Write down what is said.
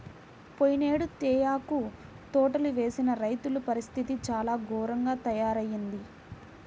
పోయినేడు తేయాకు తోటలు వేసిన రైతుల పరిస్థితి చాలా ఘోరంగా తయ్యారయింది